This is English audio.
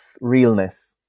realness